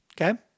Okay